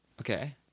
okay